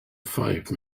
five